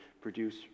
produce